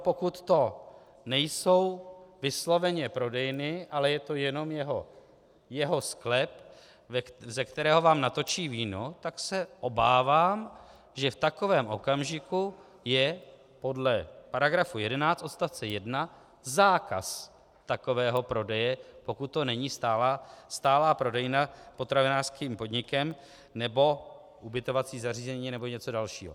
Pokud to nejsou vysloveně prodejny, ale je to jenom jeho sklep, ze kterého vám natočí víno, tak se obávám, že v takovém okamžiku je podle § 11 odst. 1 zákaz takového prodeje, pokud to není stálá prodejna potravinářským podnikem nebo ubytovací zařízení nebo něco dalšího.